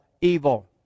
evil